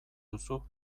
duzu